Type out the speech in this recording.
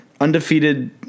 undefeated